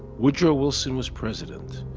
woodrow wilson was president.